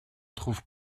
trouve